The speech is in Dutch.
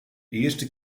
eerste